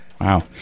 Wow